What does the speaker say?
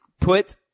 put